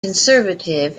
conservative